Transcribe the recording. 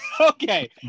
okay